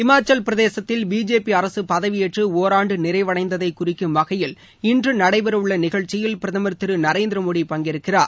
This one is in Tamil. இமாச்சல் பிரதேசத்தில் பிஜேபி அரச பதவியேற்று ஒராண்டு நிறைவடைந்ததை குறிக்கும் வகையில் இன்று நடைபெறவுள்ள நிகழ்ச்சியில் பிரதமர் திரு நரேந்திரமோடி பங்கேற்கிறார்